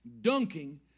dunking